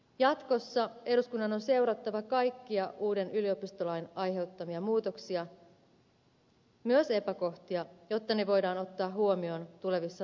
jatkossa eduskunnan on seurattava kaikkia uuden yliopistolain aiheuttamia muutoksia myös epäkohtia jotta ne voidaan ottaa huomioon tulevissa lakimuutoksissa